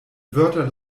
wörter